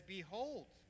Behold